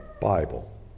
Bible